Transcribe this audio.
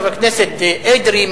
חבר הכנסת אדרי,